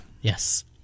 yes